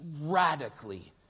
radically